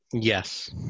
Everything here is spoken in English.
Yes